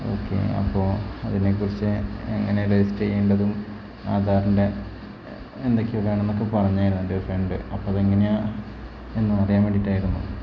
okay അപ്പോൾ അതിനെ കുറിച്ചു എങ്ങനെ രജിസ്റ്റർ ചെയ്യേണ്ടതും ആധാറിൻ്റെ എന്തൊക്കൊയോ വേണമെന്നൊക്കെ പറഞ്ഞായിരുന്നു എൻ്റെ ഫ്രണ്ട് അപ്പം അതെങ്ങനെയാണ് എന്നറിയാൻ വേണ്ടിയിട്ടായിരുന്നു